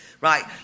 right